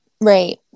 Right